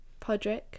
Podrick